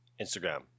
Instagram